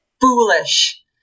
foolish